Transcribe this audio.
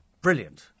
brilliant